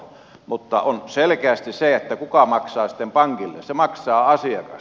mutta selkeästi se kuka maksaa sitten pankille on asiakas